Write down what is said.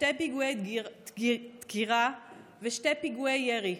שני פיגועי דקירה ושני פיגועי ירי.